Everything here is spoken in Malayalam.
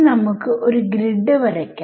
ഇനി നമുക്ക് ഒരു ഗ്രിഡ് വരക്കാം